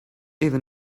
even